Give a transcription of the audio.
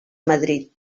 madrid